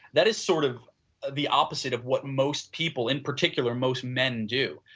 that is sort of the opposite of what most people in particular most man do.